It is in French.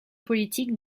politique